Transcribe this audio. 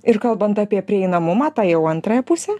ir kalbant apie prieinamumą tą jau antrąją pusę